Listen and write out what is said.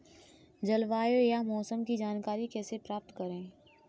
जलवायु या मौसम की जानकारी कैसे प्राप्त करें?